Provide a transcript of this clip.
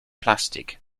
plastic